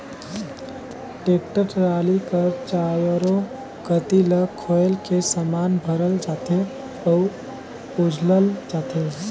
tractor trolley कर चाएरो कती ल खोएल के समान भरल जाथे अउ उझलल जाथे